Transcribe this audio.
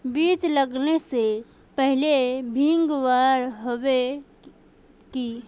बीज लागबे से पहले भींगावे होचे की?